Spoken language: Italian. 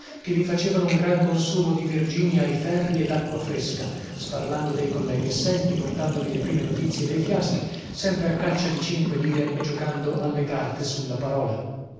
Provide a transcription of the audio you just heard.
che vi facevano un gran consumo di virginia ai ferri e dacqua fresca sparlando dei colleghi assenti portandovi le prime notizie dei fiaschi sempre a caccia di cinque lire e giocando alle carte sulla parola